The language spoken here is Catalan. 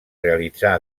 realitzar